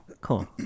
Cool